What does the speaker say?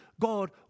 God